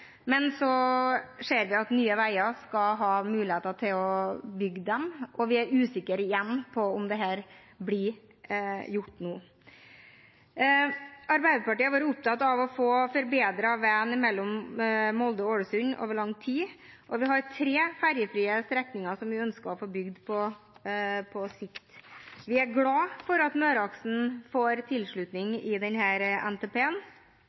men vi ser at Nye Veier skal ha muligheter til å bygge den, og vi er igjen usikre på om dette blir gjort nå. Arbeiderpartiet har vært opptatt av å få forbedret veien mellom Molde og Ålesund over lang tid, og vi har tre ferjefrie strekninger som vi ønsker å få bygd på sikt. Vi er glad for at Møreaksen får